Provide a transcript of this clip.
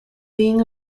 being